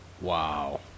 wow